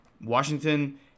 Washington